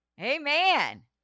Amen